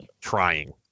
trying